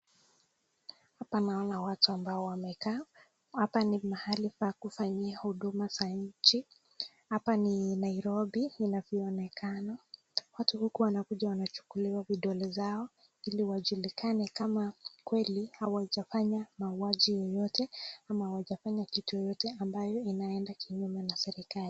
Hapa naona watu ambao wamekaa. Hapa ni mahali pa kufanyia huduma za nchi. Hapa ni Nairobi inavyoonekana. Watu huku wanakuja wanachukuliwa vidole zao, ili wajulikane kama kweli hawajafanya mauaji yoyote, ama hawajafanya kitu yoyote ambayo inaenda kinyume na serikali.